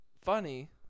funny